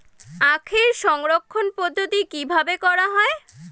আখের সংরক্ষণ পদ্ধতি কিভাবে করা হয়?